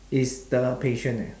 is the patient eh